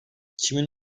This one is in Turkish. kimin